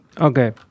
Okay